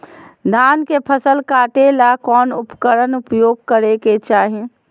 धान के फसल काटे ला कौन उपकरण उपयोग करे के चाही?